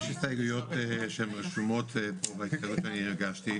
יש הסתייגויות שרשומות פה בהסתייגות שאני הגשתי.